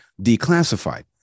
declassified